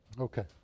Okay